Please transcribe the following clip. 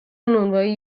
نونوایی